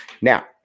Now